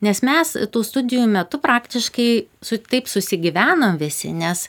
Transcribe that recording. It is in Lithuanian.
nes mes tų studijų metu praktiškai su taip susigyvenom visi nes